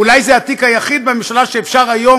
אולי זה התיק היחיד בממשלה שאפשר היום,